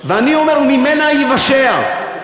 ואני אומר: "ממנה יִוָשע".